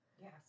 Yes